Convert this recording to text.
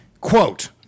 Quote